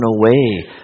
away